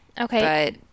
Okay